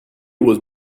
was